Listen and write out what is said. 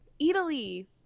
Italy